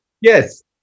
Yes